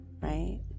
Right